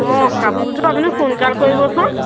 অঁ কাপোৰযোৰ আপুনি সোনকাল কৰিবচোন